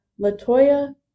Latoya